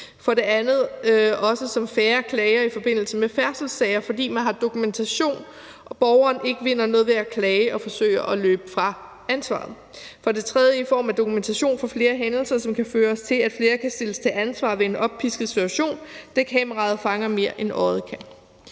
For det andet har der også været færre klager i forbindelse med færdselssager, fordi man har dokumentation og borgeren ikke vinder noget ved at klage og forsøge at løbe fra ansvaret. For det tredje er det i form af dokumentation for flere hændelser, som kan føre til, at flere kan stilles til ansvar ved en oppisket situation, da kameraet fanger mere, end øjet kan.